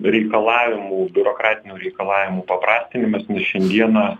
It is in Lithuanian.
reikalavimų biurokratinių reikalavimų paprastinimas nes šiandieną